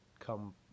come